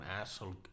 asshole